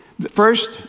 First